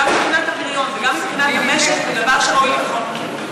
גם מבחינת הפריון וגם מבחינת המשק זה דבר שראוי לבחון אותו.